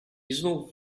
znów